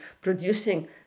producing